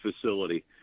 facility